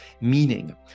Meaning